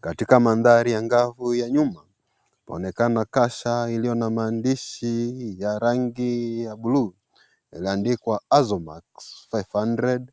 Katika mandhari na ngavu ya nyuma, kwaonekana kasha iliyo na maandishi ya rangi ya bluu, yameandikwa Azomax 500